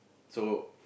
so